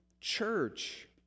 church